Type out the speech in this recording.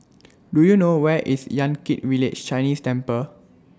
Do YOU know Where IS Yan Kit Village Chinese Temple